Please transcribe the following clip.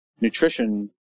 nutrition